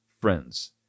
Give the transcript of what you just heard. friends